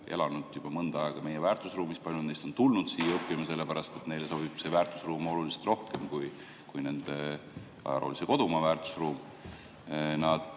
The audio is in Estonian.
elanud juba mõnda aega meie väärtusruumis. Paljud neist on tulnud siia õppima selle pärast, et neile sobib see väärtusruum oluliselt rohkem kui nende ajaloolise kodumaa väärtusruum. Nad